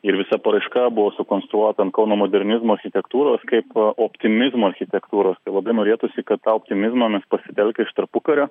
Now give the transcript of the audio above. ir visa paraiška buvo sukonstruota ant kauno modernizmo architektūros kaip optimizmo architektūros tai labai norėtųsi kad tą optimizmą mes pasitelkę iš tarpukario